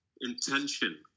intention